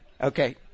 Okay